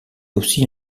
aussi